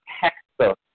textbook